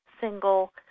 single